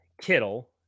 Kittle